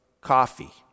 coffee